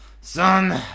son